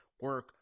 Work